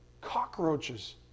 cockroaches